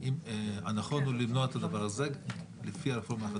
והוא אומר: אתם לא סומכים על הרבנות?